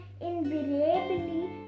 invariably